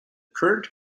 current